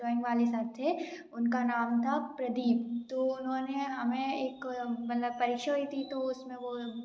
drawing वाले sir थे उनका नाम था प्रदीप तो उन्होंने हमें एक मतलब परीक्षा हुई थी तो उसमे वो